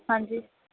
ਹਾਂਜੀ